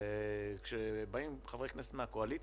כשבאים חברי כנסת מהקואליציה,